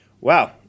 Wow